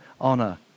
honor